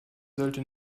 sollte